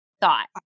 thought